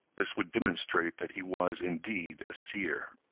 this would demonstrate that he was indeed a seer.